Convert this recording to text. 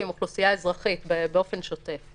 עם אוכלוסייה אזרחית באופן שוטף,